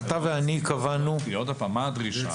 עוד הפעם, מה הדרישה?